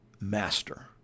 master